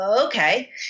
Okay